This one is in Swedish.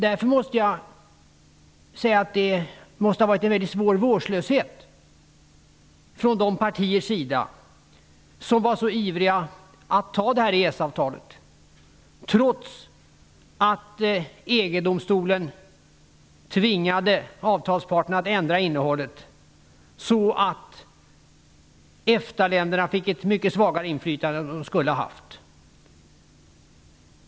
Därför måste det ha varit en svår vårdslöshet från de partiers sida som var så ivriga att anta EES-avtalet, trots att EG-domstolen tvingade avtalsparterna att ändra innehållet, så att EFTA länderna fick ett mycket svagare inflytande än de skulle ha haft.